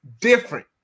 different